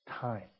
time